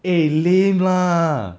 eh lame lah